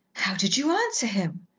how did you answer him?